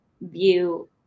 view